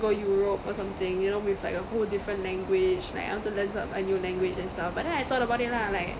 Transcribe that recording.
go europe or something you know with like a whole different language like I want to learn som~ a new language and stuff but then I thought about it lah like